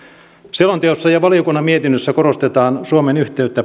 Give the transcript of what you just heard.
selonteossa ja valiokunnan mietinnössä korostetaan suomen yhteyttä